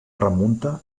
remunta